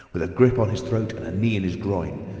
with a grip on his throat and a knee in his groin.